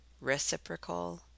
reciprocal